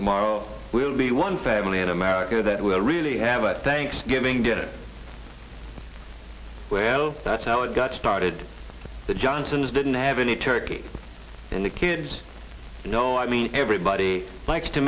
tomorrow we'll be one family in america that will really have a thanksgiving dinner well that's how it got started the johnsons didn't have any turkey and the kids no i mean everybody likes to